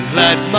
let